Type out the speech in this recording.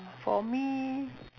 for me